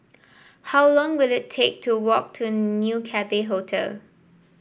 how long will it take to walk to New Cathay Hotel